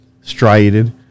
striated